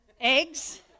Eggs